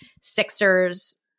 Sixers